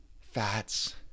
fats